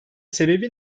sebebi